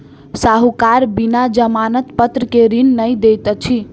साहूकार बिना जमानत पत्र के ऋण नै दैत अछि